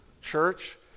church